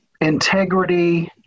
integrity